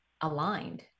aligned